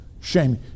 Shame